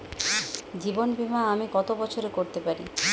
জীবন বীমা আমি কতো বছরের করতে পারি?